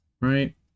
right